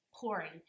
pouring